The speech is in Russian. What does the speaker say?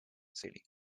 целей